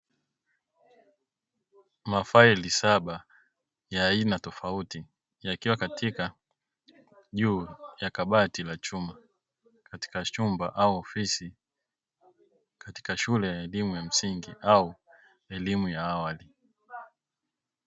Mafaili saba ya aina tofauti yakiwa katika juu ya kabati la chuma, katika chumba au ofisi katika shule ya elimu ya msingi au elimu ya awali.